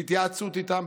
בהתייעצות איתם,